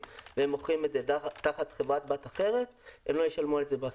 והם מוכרים את זה תחת חברה-בת אחרת הם לא ישלמו על זה מס.